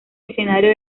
escenario